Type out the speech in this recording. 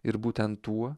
ir būtent tuo